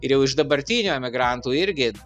ir jau iš dabartinių emigrantų irgi